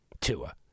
Tua